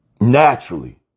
Naturally